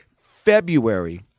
February